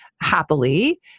happily